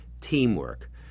teamwork